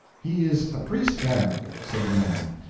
he is a priest, then, said the man,